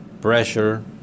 pressure